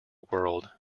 world